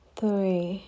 Three